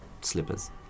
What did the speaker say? slippers